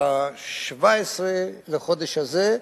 ב-17 בחודש הזה,